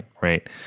right